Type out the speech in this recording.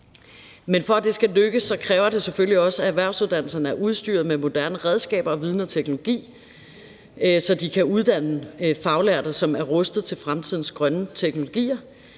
for at det skal lykkes, kræver det selvfølgelig også, at erhvervsuddannelserne er udstyret med moderne redskaber, viden og teknologi, så de kan uddanne faglærte, som er rustet til fremtidens grønne teknologier.